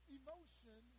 emotion